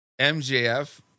mjf